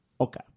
okay